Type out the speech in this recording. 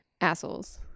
assholes